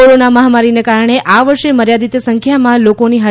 corona મહામારીને કારણે આ વર્ષે મર્યાદિત સંખ્યામાં લોકોની હાજરીમાં તા